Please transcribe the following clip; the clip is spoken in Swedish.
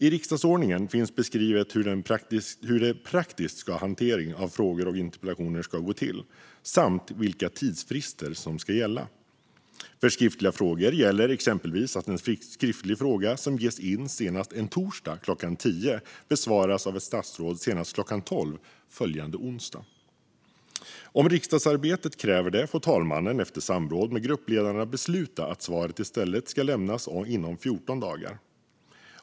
I riksdagsordningen finns beskrivet hur den praktiska hanteringen av interpellationer och frågor ska gå till samt vilka tidsfrister som ska gälla. För skriftliga frågor gäller exempelvis att en skriftlig fråga som ges in senast en torsdag klockan tio ska besvaras av ett statsråd senast klockan tolv följande onsdag. Om riksdagsarbetet kräver det får talmannen efter samråd med gruppledarna besluta att svaret i stället ska lämnas inom 14 dagar.